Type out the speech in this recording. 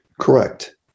Correct